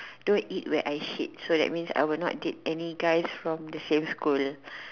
don't eat where I shit so that means I will not date any guys from the same school